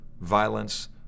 violence